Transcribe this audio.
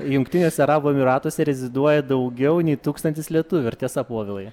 jungtiniuose arabų emiratuose reziduoja daugiau nei tūkstantis lietuvių ar tiesa povilai